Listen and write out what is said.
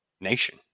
Nation